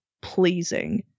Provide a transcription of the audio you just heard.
pleasing